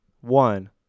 one